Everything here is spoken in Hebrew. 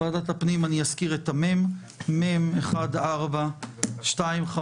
התשפ"א-2021, מ/1425.